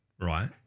right